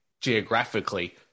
geographically